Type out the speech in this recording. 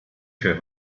für